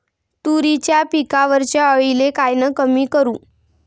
तुरीच्या पिकावरच्या अळीले कायनं कमी करू?